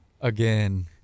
again